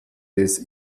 des